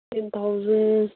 ten thousand